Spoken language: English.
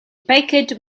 package